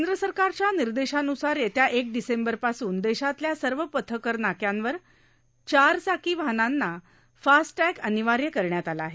केंद्र सरकारच्या निर्देशान्सार येत्या एक डिसेंबर पासून देशातल्या सर्व पथकर नाक्यावर चार चाकी वाहनांना फास्टटॅग अनिवार्य करण्यात आला आहे